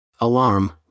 Alarm